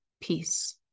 peace